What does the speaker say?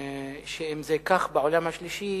אני חושב שאם זה כך בעולם השלישי,